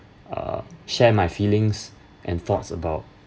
err share my feelings and thoughts about